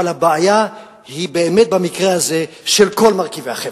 אבל הבעיה במקרה הזה היא באמת של כל מרכיבי החברה.